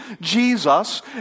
Jesus